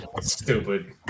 Stupid